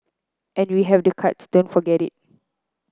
and we have the cards don't forget it